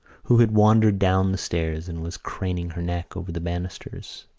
who had wandered down the stairs and was craning her neck over the banisters.